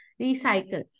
recycle